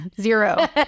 zero